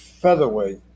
featherweight